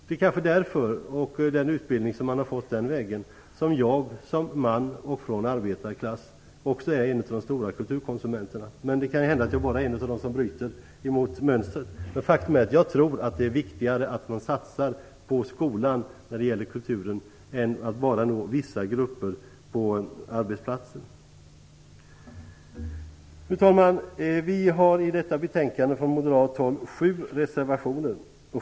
Det är kanske därför, genom den utbildning som jag fick på det sättet, som jag som man från arbetarklassen är en av de stora kulturkonsumenterna. Men det kan också hända att jag bara är en av dem som bryter mönstret. Faktum är dock att jag tror att det är viktigare att man satsar på skolan när det gäller kulturen än att man bara försöker nå vissa grupper på arbetsplatserna. Fru talman! Till detta betänkande har vi moderater fogat sju reservationer.